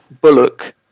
Bullock